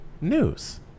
news